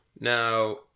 Now